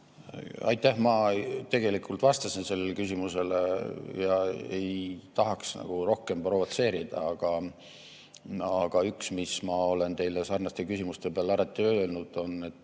Aitäh! Ma tegelikult vastasin sellele küsimusele ja ei tahaks rohkem provotseerida. Aga üks, mis ma olen teile sarnaste küsimuste peale alati öelnud, on, et